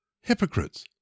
Hypocrites